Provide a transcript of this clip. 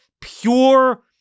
pure